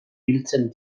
biltzen